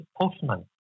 postman